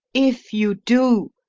if you do,